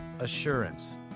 assurance